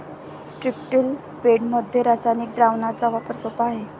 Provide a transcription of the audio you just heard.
स्ट्रिप्टील बेडमध्ये रासायनिक द्रावणाचा वापर सोपा आहे